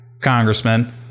Congressman